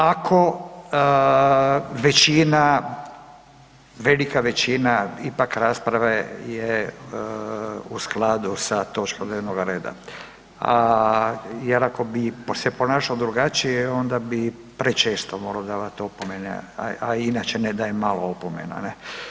Ako većina, velika većina ipak rasprave je u skladu sa točkom dnevnoga reda jer ako bi ... ponašao drugačije onda bi prečesto morao davat opomene a inače ne dajem malo opomena, ne.